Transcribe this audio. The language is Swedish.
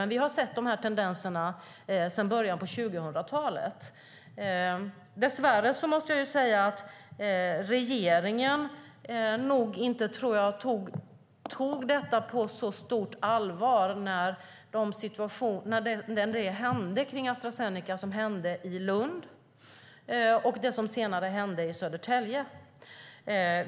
Men vi har sett de här tendenserna sedan början av 2000-talet. Dess värre måste jag säga att regeringen nog inte tog på så stort allvar det som hände kring Astra Zeneca i Lund och det som senare hände i Södertälje.